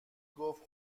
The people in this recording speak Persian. گفت